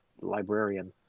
librarian